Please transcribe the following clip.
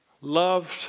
loved